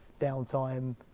downtime